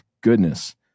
goodness